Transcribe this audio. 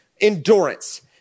endurance